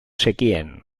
zekien